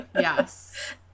Yes